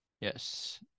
Yes